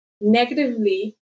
negatively